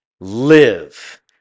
live